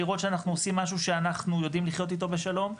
לראות שאנחנו עושים משהו שאנחנו יודעים לחיות איתו בשלום,